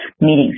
meetings